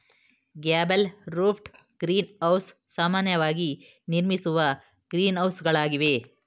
gable roofed green house ಸಾಮಾನ್ಯವಾಗಿ ನಿರ್ಮಿಸುವ ಗ್ರೀನ್ಹೌಸಗಳಾಗಿವೆ